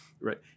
right